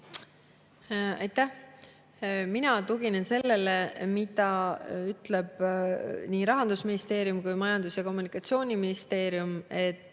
Aitäh! Mina tuginen sellele, mida ütlevad Rahandusministeerium ning Majandus- ja Kommunikatsiooniministeerium: